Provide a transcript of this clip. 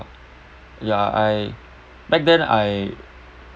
ya I back then I